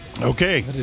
Okay